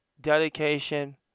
dedication